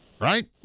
right